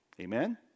Amen